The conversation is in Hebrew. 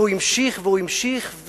והוא המשיך והמשיך,